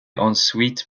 ensuite